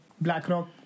Blackrock